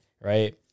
right